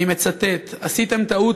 אני מצטט: עשיתם טעות,